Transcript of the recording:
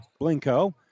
Blinko